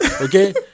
Okay